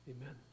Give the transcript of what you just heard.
Amen